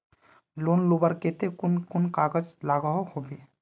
Loan लुबार केते कुन कुन कागज लागोहो होबे?